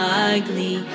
ugly